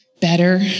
better